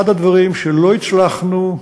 אחד הדברים שלא הצלחנו,